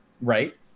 Right